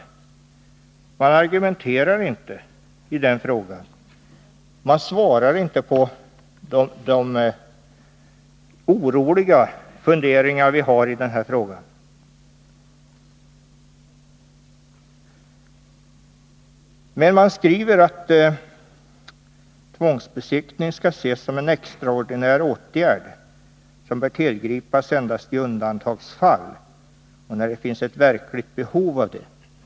Utskottet argumenterar inte och svarar inte på de oroliga funderingar vi motionärer har i den här frågan. Men utskottet skriver att tvångsbesiktning skall ses som en extraordinär åtgärd, som bör tillgripas endast i undantagsfall och när det finns ett verkligt behov därav.